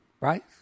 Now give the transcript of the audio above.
right